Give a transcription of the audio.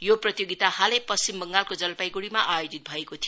यो प्रतियोगिता हालै पश्चिम बंगालको जलपाईगुडीमा आयोजित भएको थियो